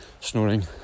snoring